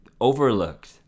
overlooked